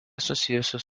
susijusios